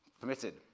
permitted